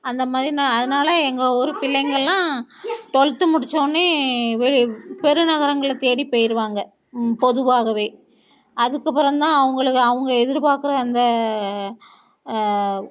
அந்த மாதிரி நான் அதனால் எங்கள் ஊர் பிள்ளைங்கள் எல்லாம் டுவெல்த்து முடிச்சவொன்னே பெரு பெருநகரங்களை தேடி பேய்ருவாங்க பொதுவாகவே அதுக்கப்புறம் தான் அவங்களுக்கு அவங்க எதிர்பார்க்குற அந்த